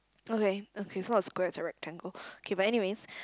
okay okay so it's not a square it's a rectangle okay but anyways